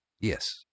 Yes